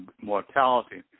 mortality